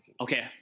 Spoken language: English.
okay